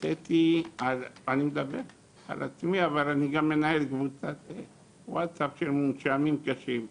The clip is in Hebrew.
אני מדבר על עצמי אבל אני גם מנהל קבוצת וואטסאפ של מונשמים קשים,